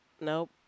nope